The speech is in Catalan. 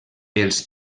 els